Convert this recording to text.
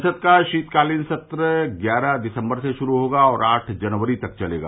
संसद का शीतकालीन सत्र ग्यारह दिसम्बर से शुरू होगा और आठ जनवरी तक चलेगा